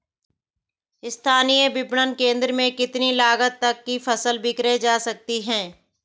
स्थानीय विपणन केंद्र में कितनी लागत तक कि फसल विक्रय जा सकती है?